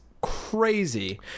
crazy